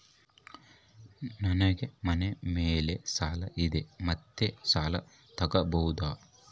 ನನಗೆ ಮನೆ ಮೇಲೆ ಸಾಲ ಐತಿ ಮತ್ತೆ ಸಾಲ ತಗಬೋದ?